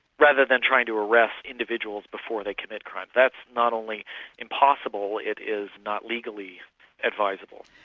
rather than trying to arrest individuals before they commit crime. that's not only impossible, it is not legally advisable.